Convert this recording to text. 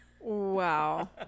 Wow